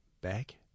back